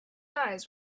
eyes